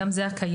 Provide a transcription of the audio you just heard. גם זה הקיים,